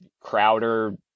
Crowder